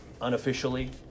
unofficially